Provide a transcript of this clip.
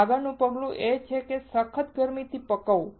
આગળનું પગલું એ છે કે સખત ગરમીથી પકવવું